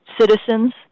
citizens